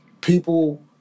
people